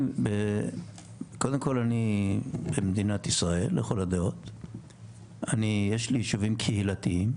אני במקרה יש לי אח חרדי,